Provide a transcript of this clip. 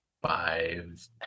Five